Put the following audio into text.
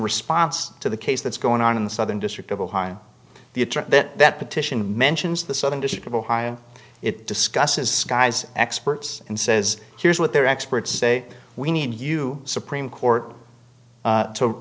response to the case that's going on in the southern district of ohio the attract that that petition mentions the southern district of ohio it discusses sky's experts and says here's what their experts say we need you supreme court